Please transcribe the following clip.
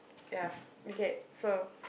ya okay so